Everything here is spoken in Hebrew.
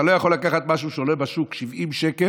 אתה לא יכול לקחת משהו שעולה בשוק 70 שקל,